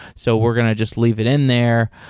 so we're going to just leave it in there.